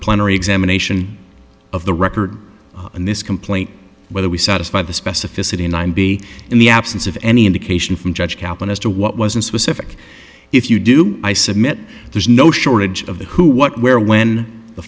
plenary examination of the record in this complaint whether we satisfy the specificity nine b in the absence of any indication from judge kaplan as to what was in specific if you do i submit there's no shortage of who what where when the